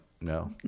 no